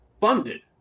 funded